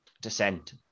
descent